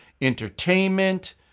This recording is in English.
entertainment